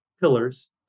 pillars